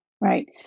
right